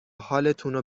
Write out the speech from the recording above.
حالتونو